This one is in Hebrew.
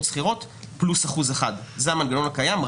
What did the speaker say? סחירות פלוס 1%. זה המנגנון הקיים,